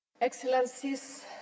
Excellencies